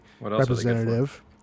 representative